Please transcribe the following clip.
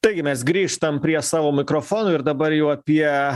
taigi mes grįžtam prie savo mikrofonų ir dabar jau apie